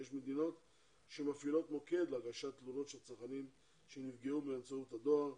יש מדינות שמפעילות מוקד להגשת תלונות של צרכנים שנפגעו באמצעות הדואר,